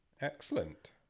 Excellent